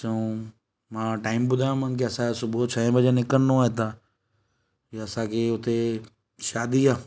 चङु मां टाइम ॿुधायो मान कि असांजो सुबुह छह बजे निकिरिणो आहे हितां जीअं असांखे हुते शादी आहे